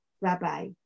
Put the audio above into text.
Bye-bye